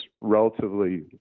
relatively